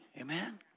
Amen